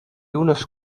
unes